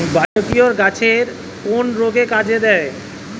Biocure গাছের কোন রোগে কাজেদেয়?